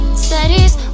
studies